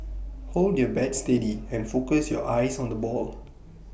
hold your bat steady and focus your eyes on the ball